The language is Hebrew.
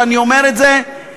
ואני אומר את זה באמת,